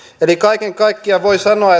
eli kaiken kaikkiaan voi sanoa